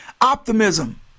Optimism